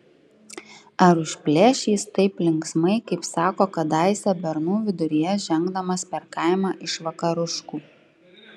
ar užplėš jis taip linksmai kaip sako kadaise bernų viduryje žengdamas per kaimą iš vakaruškų